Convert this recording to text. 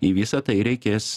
į visą tai reikės